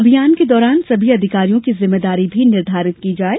अभियान के दौरान सभी अधिकारियों की जिम्मेदारी भी निर्धारित की जाये